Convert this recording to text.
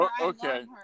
okay